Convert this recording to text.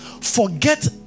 forget